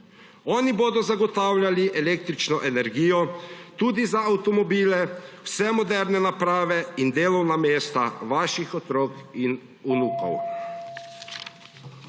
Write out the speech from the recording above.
Oni bodo zagotavljali električno energijo tudi za avtomobile, vse moderne naprave in delovna mesta vaših otrok in vnukov.